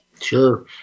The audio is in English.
Sure